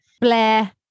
Blair